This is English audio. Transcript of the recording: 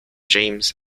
james